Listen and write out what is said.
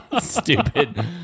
Stupid